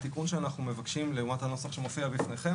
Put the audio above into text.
התיקון שאנחנו מבקשים לעומת הנוסח שמופיע בפניכם,